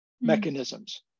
mechanisms